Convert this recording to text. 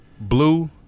blue